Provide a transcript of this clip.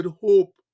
hope